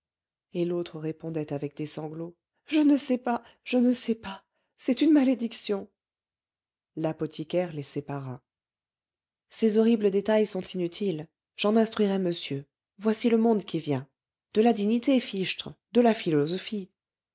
et l'autre répondait avec des sanglots je ne sais pas je ne sais pas c'est une malédiction l'apothicaire les sépara ces horribles détails sont inutiles j'en instruirai monsieur voici le monde qui vient de la dignité fichtre de la philosophie